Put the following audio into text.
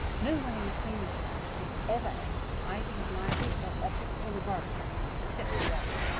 no one in a cleaning capacity ever enters either his library or office or laboratory except llewelyn,